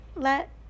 Let